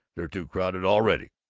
they're too crowded already,